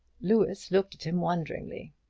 louis looked at him wonderingly.